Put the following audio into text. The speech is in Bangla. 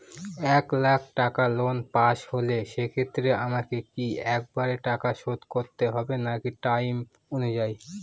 এক লাখ টাকা লোন পাশ হল সেক্ষেত্রে আমাকে কি একবারে টাকা শোধ করতে হবে নাকি টার্ম অনুযায়ী?